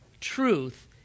truth